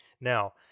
now